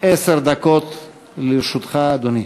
עשר דקות לרשותך, אדוני.